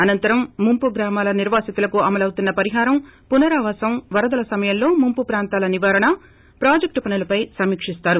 అనంతరం ేమంపు గ్రామాల నిర్వాసితులకు అమలౌవుతున్న పరిహారం పునరావాసం వరదల సమయంలో ముపు ప్రాంతాల నివారణ ప్రాజక్షు పనులపై సమీక్షిస్తారు